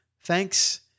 Thanks